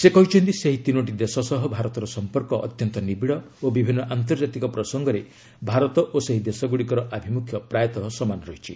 ସେ କହିଛନ୍ତି ସେହି ତିନୋଟି ଦେଶ ସହ ଭାରତର ସମ୍ପର୍କ ଅତ୍ୟନ୍ତ ନିବିଡ଼ ଓ ବିଭିନ୍ନ ଆନ୍ତର୍ଜାତିକ ପ୍ରସଙ୍ଗରେ ଭାରତ ଓ ସେହି ଦେଶଗୁଡ଼ିକର ଆଭିମୁଖ୍ୟ ପ୍ରାୟତଃ ସମାନ ରହିଛି